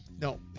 No